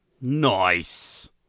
Nice